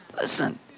Listen